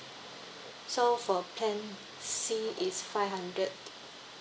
so for plan C is five hundred